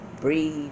breathe